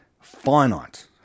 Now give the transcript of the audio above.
finite